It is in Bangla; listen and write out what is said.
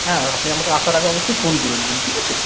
হ্যাঁ আপনি আমাকে আসার আগে অবশ্যই ফোন করে নেবেন ঠিক আছে